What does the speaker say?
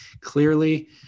Clearly